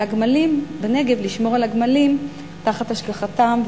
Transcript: הגמלים בנגב לשמור על הגמלים תחת השגחתם,